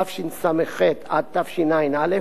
תשס"ח עד תשע"א,